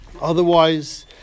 Otherwise